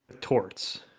torts